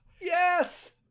Yes